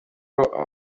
baba